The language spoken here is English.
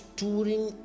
touring